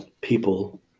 people